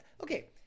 okay